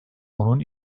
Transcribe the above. onun